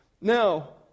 Now